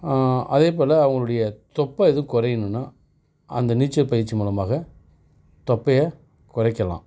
அதேபோல் அவங்களுடைய தொப்பை அது குறையணுனா அந்த நீச்சல் பயிற்சி மூலமாக தொப்பை குறைக்கலாம்